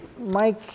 Mike